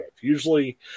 Usually